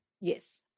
Yes